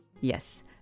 yes